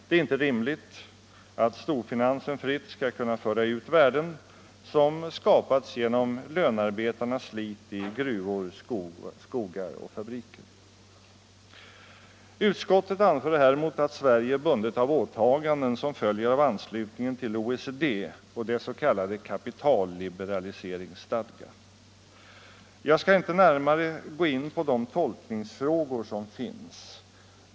Det är inte rimligt att storfinansen fritt skall kunna föra ut värden som skapats genom lönearbetarnas slit Utskottet anför häremot att Sverige är bundet av åtaganden som följer av anslutningen till OECD och den s.k. kapitalliberaliseringsstadgan. Jag skall inte närmare gå in på de tolkningsfrågor som finns.